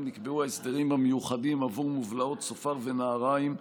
נקבעו ההסדרים המיוחדים עבור מובלעות צופר ונהריים,